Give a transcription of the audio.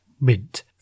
mint